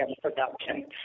production